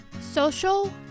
Social